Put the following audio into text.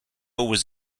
was